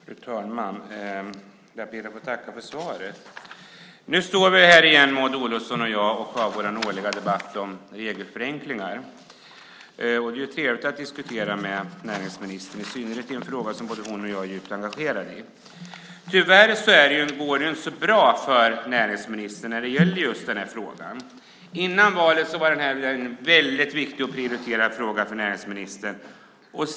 Fru talman! Jag ber att få tacka för svaret. Nu står Maud Olofsson och jag här igen och har vår årliga debatt om regelförenklingar. Det är trevligt att diskutera med näringsministern, i synnerhet när det gäller en fråga som både hon och jag är djupt engagerade i. Tyvärr går det inte så bra för näringsministern i just den här frågan. Före valet var detta en väldigt viktig och en prioriterad fråga för Maud Olofsson.